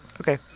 Okay